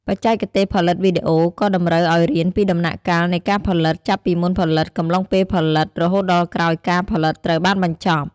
បច្ចេកទេសផលិតវីដេអូ ក៏តម្រូវឲ្យរៀនពីដំណាក់កាលនៃការផលិត ចាប់ពីមុនផលិត កំឡុងពេលផលិត រហូតដល់ក្រោយការផលិតត្រូវបានបញ្ចប់។